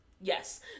Yes